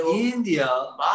India